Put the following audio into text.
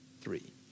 three